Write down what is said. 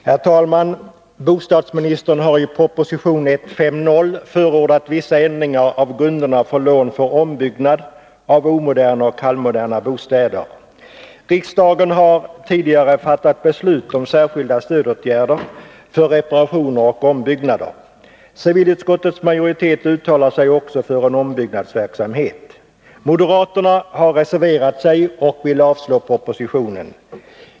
Herr talman! Bostadsministern har i proposition 150 förordat vissa ändringar i grunderna för lån till ombyggnad av omoderna och halvmoderna bostäder. Riksdagen har tidigare fattat beslut om särskilda stödåtgärder vad gäller reparationer och ombyggnader. Civilutskottets majoritet uttalar sig också för en ombyggnadsverksamhet. Moderaterna har reserverat sig och vill avslå propositionen.